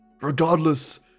Regardless